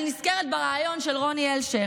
אני נזכרת בריאיון של רוני אלשיך,